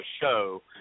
show